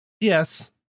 Yes